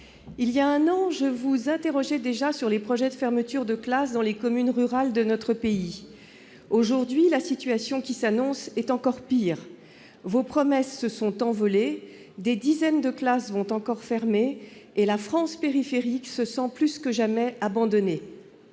Voilà un an, je l'interrogeais déjà sur les projets de fermeture de classes dans les communes rurales de notre pays. Aujourd'hui, la situation est encore pire : les promesses se sont envolées, des dizaines de classes vont encore fermer et la « France périphérique » se sent plus que jamais abandonnée.